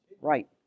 right